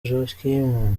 joachim